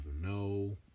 no